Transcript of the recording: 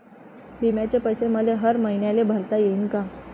बिम्याचे पैसे मले हर मईन्याले भरता येईन का?